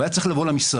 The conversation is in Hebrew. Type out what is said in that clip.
הוא היה צריך לבוא למשרד,